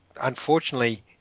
unfortunately